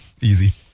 Easy